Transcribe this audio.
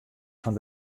fan